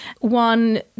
One